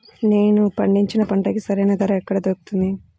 నేను పండించిన పంటకి సరైన ధర ఎక్కడ దొరుకుతుంది?